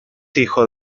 hijo